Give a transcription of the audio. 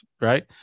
Right